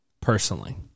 personally